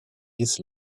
his